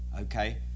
Okay